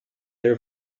their